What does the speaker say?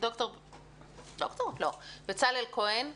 בצלאל כהן,